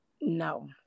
no